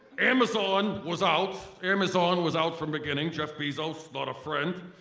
amazon was out, amazon was out from beginning. jeff bezos not a friend.